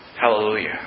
hallelujah